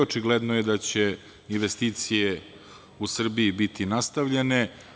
Očigledno je da će investicije u Srbiji biti nastavljene.